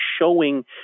showing